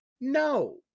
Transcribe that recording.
No